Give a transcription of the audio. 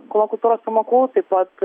kūno kultūros pamokų taip pat